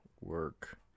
work